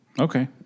Okay